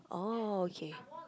oh okay